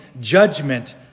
judgment